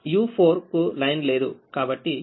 u4 కు line లేదు కాబట్టి u4u4 θ